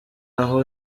aho